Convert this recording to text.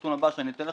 הנתון הבא מתייחס